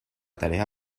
tarea